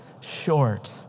short